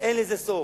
אין לזה סוף.